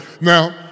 Now